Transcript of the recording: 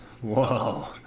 Whoa